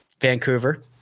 Vancouver